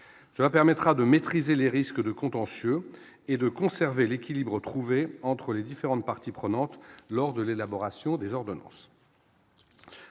cela permettra de maîtriser les risques de contentieux et de conserver l'équilibre trouvé entre les différentes parties prenantes lors de l'élaboration des ordonnances